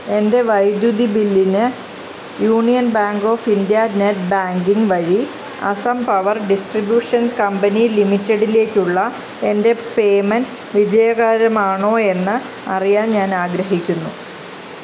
എൻ്റെ വൈദ്യുതി ബില്ലിന് Union Bank of India net banking വഴി Assam Power Distribution Company Limited ലേക്കുള്ള എൻ്റെ പേയ്മെൻ്റ് വിജയകരമാണോ എന്ന് അറിയാൻ ഞാൻ ആഗ്രഹിക്കുന്നു